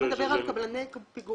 אתה מדבר על קבלני פיגומים